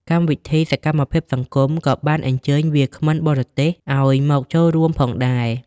កម្មវិធីសកម្មភាពសង្គមក៏បានអញ្ជើញវាគ្មិនបរទេសឱ្យមកចូលរួមផងដែរ។